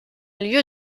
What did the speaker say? lieu